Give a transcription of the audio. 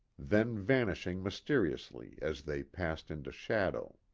then vanishing mysteriously as they passed into shadow.